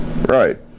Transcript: Right